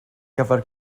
gyfer